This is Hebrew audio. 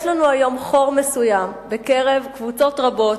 יש לנו היום חור מסוים בקרב קבוצות רבות,